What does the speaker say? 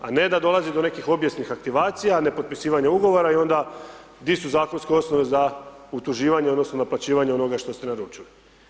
A ne da dolazi do nekih obijesnih aktivacija, nepotpisivanja ugovora, i onda di su zakonske osnove za utuživanje odnosno naplaćivanje onoga što ste naručili.